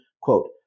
quote